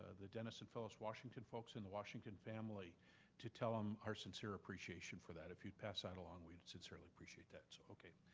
ah the dennis and phyllis washington folks and the washington family to tell them our sincere appreciation for that, if you'd pass that along, we'd sincerely appreciate that. so ok,